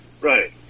right